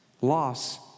loss